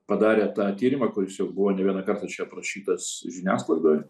padarė tą tyrimą kuris jau buvo ne vieną kartą čia aprašytas žiniasklaidoje